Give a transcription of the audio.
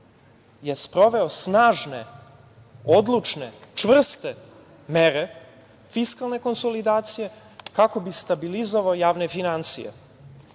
je sproveo snažne, odlučne, čvrste mere fiskalne konsolidacije, kako bi stabilizovao javne finansije.